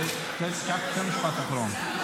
ותן משפט אחרון.